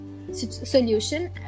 solution